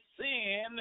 sin